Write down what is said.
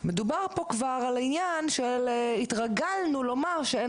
מדובר פה כבר על עניין של התרגלנו לומר שאין